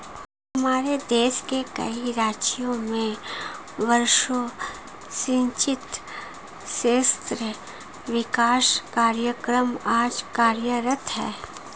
हमारे देश के कई राज्यों में वर्षा सिंचित क्षेत्र विकास कार्यक्रम आज कार्यरत है